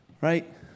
right